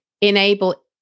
enable